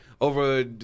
Over